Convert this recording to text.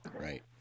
Right